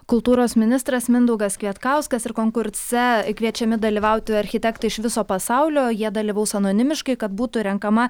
kultūros ministras mindaugas kvietkauskas ir konkurse kviečiami dalyvauti architektai iš viso pasaulio jie dalyvaus anonimiškai kad būtų renkama